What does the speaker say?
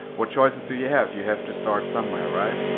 what choices do you have? you have to start somewhere, right?